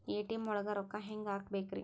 ATM ಒಳಗ್ ರೊಕ್ಕ ಹೆಂಗ್ ಹ್ಹಾಕ್ಬೇಕ್ರಿ?